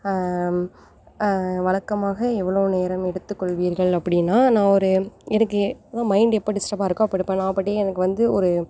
வழக்கமாக எவ்வளோ நேரம் எடுத்துக்கொள்வீர்கள் அப்படின்னா நான் ஒரு எனக்கு அதான் மைண்ட் எப்போ டிஸ்டப்பாக இருக்கோ அப்போ நான் பாட்டே எனக்கு வந்து ஒரு